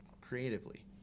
creatively